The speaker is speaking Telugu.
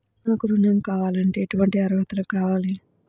నాకు ఋణం కావాలంటే ఏటువంటి అర్హతలు కావాలి?